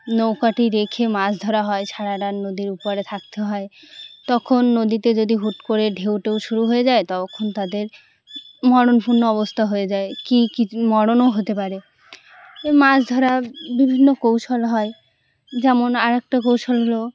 নৌকাটি রেখে মাছ ধরা হয় সারা রাত নদীর উপরে থাকতে হয় তখন নদীতে যদি হুট করে ঢেউ টেউ শুরু হয়ে যায় তখন তাদের মরণপূর্ণ অবস্থা হয়ে যায় কী কী মরণও হতে পারে মাছ ধরা বিভিন্ন কৌশল হয় যেমন আরেকটা কৌশল হলো